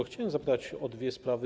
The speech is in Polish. Chciałbym zapytać o dwie sprawy.